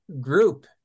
group